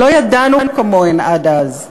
שלא ידענו כמוהן עד אז.